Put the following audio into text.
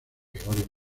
gregorio